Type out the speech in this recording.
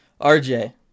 RJ